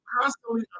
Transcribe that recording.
constantly